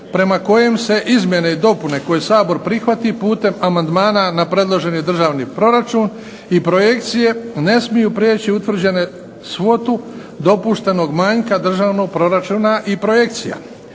prema kojem se izmjene i dopune koje Sabor prihvati putem amandmana na predloženi državni proračun i projekcije ne smiju prijeći utvrđenu svotu dopuštenog manjka državnog proračuna i projekcija.